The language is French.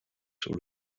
sur